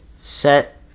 set